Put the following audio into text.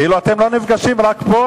כאילו אתם לא נפגשים, רק פה?